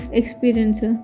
experience